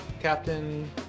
Captain